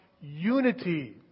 unity